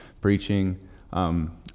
preaching